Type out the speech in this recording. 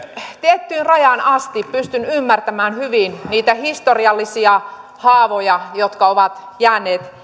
tiettyyn rajaan asti pystyn ymmärtämään hyvin niitä historiallisia haavoja jotka ovat jääneet